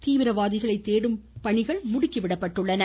தீவிரவாதிகளை தேடும் பணிகள் முடுக்கி விடப்பட்டுள்ளன